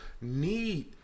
need